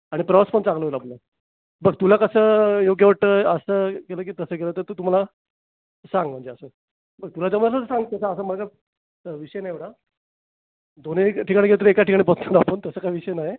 आणि प्रवास पण चांगलं होईल आपलं बघ तुला कसं योग्य वाटतं आहे असं केलं की तसं केलं तर तू तू मला सांग म्हणजे असं बघ तुला जमेल तसं सांग असं माझं काही विषय नाही दोनही ठिकाणी गेलं तरी एकाच ठिकाणी आपण तसा काही विषय नाही